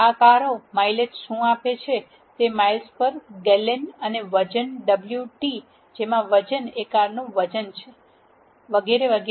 આ કારો માઇલેજ શું આપે છે તે માઇલ્સ પર ગેલન અને વજન w t જેમાં વજન એ કારનો વજન છે અને વગેરે